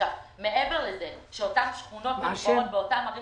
מעבר לזה שאותן שכונות באותן ערים